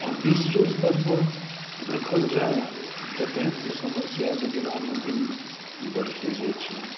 विश्व स्तर पर देखल जाय तऽ पानिक समस्या तऽ दिनादिन बढले जाइ छै